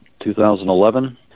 2011